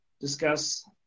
discuss